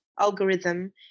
algorithm